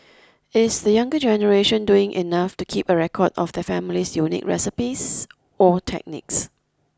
is the younger generation doing enough to keep a record of their family's unique recipes or techniques